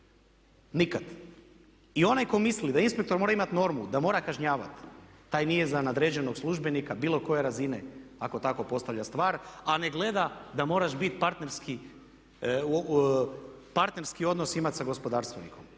nikad! I onaj tko misli da inspektor mora imati normu, da mora kažnjavati taj nije za nadređenog službenika bilo koje razine ako tako postavlja stvar, a ne gleda da moraš partnerski odnos imati sa gospodarstvenikom.